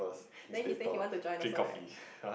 then he say he wanted to join also right